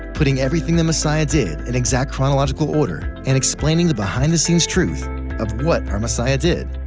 putting everything the messiah did in exact chronological order and explaining the behind the scenes truth of what our messiah did,